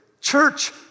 church